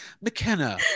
McKenna